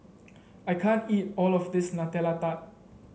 I can't eat all of this Nutella Tart